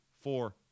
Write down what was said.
four